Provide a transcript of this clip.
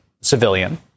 civilian